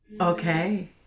Okay